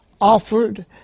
offered